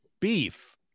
beef